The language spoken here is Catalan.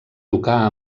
tocar